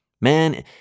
Man